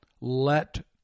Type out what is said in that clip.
let